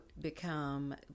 become